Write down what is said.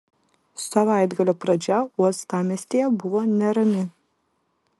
savaitgalio pradžia uostamiestyje buvo nerami